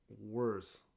worse